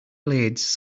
blades